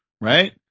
right